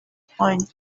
find